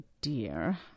dear